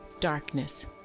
darkness